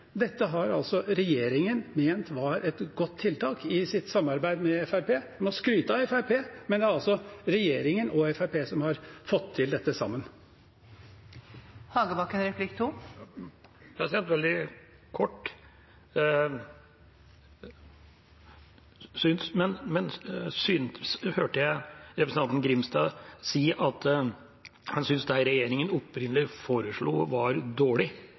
Dette har altså regjeringen ment var et godt tiltak, i samarbeid med Fremskrittspartiet. Jeg må skryte av Fremskrittspartiet, men det er regjeringen og Fremskrittspartiet som har fått til dette sammen. Veldig kort: Hørte jeg representanten Grimstad si at han syntes det regjeringa opprinnelig foreslo, var dårlig?